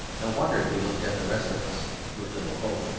no wonder he looked at the rest of us with little hope.